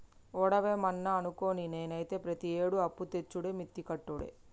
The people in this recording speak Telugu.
ఒవడేమన్నా అనుకోని, నేనైతే ప్రతియేడూ అప్పుతెచ్చుడే మిత్తి కట్టుడే